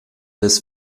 des